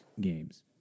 games